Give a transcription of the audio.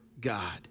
God